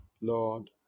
Lord